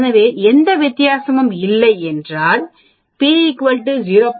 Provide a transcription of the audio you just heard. எனவே எந்த வித்தியாசமும் இல்லை என்றால் p 0